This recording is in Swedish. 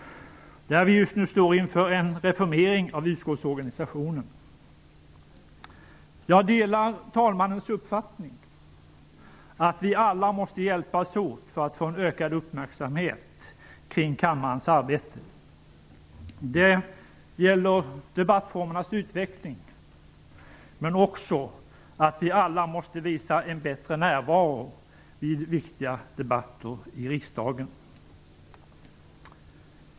Vi står just nu inför en reformering av utskottsorganisationen. Jag delar talmannens uppfattning, att vi alla måste hjälpas åt för att få en ökad uppmärksamhet kring kammarens arbete. Det gäller debattformernas utveckling, men också att vi alla måste visa en bättre närvaro vid viktiga debatter i riksdagen.